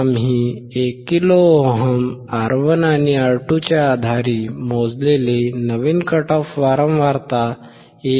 आम्ही 1 kilo ohm R1 आणि R2 च्या आधारे मोजलेली नवीन कट ऑफ वारंवारता 1